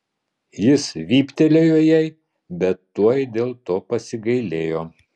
jis vyptelėjo jai bet tuoj dėl to pasigailėjo